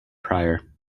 prior